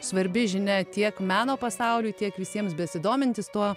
svarbi žinia tiek meno pasauliui tiek visiems besidomintys tuo